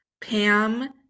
pam